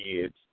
kids